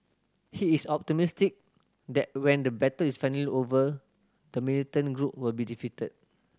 he is optimistic that when the battle is finally over the militant group will be defeated